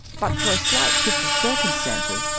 but for a slight shift of circumstances,